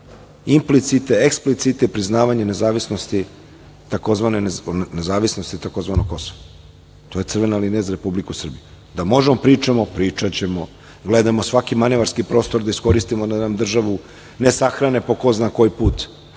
implicite, eksplicite, priznavanje nezavisnosti tzv. nezavisnosti tzv. Kosova. To je crvena linija za Republiku Srbiju. Da možemo da pričamo, pričaćemo, gledamo svaki manevarski prostor da iskoristimo da nam državu ne sahrane po ko zna koji put